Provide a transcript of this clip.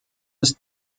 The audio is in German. ist